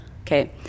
Okay